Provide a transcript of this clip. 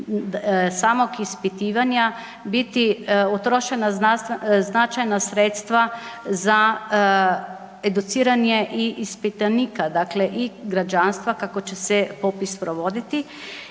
samog ispitivanja biti utrošena značajna sredstva za educiranje i ispitanika, dakle građanstva kako će se popis provoditi,